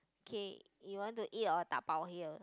okay you want to eat or dabao here